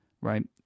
right